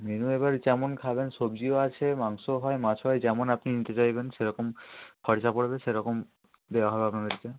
menu এবার যেমন খাবেন সবজিও আছে মাংস হয় মাছ হয় যেমন আপনি নিতে চাইবেন সেরকম খরচা পড়বে সেরকম দেওয়া হবে আপনাদেরকে